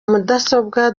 mudasobwa